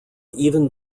even